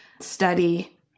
study